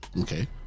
okay